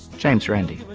james randi.